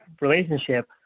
relationship